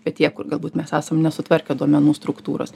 bet tie kur galbūt mes esam nesutvarkę duomenų struktūros